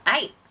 Eight